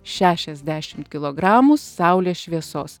šešiasdešimt kilogramų saulės šviesos